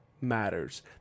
matters